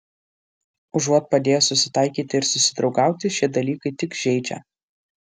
užuot padėję susitaikyti ir susidraugauti šie dalykai tik žeidžia